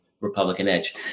Republican-edge